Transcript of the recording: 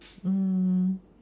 mm